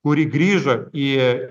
kuri grįžo į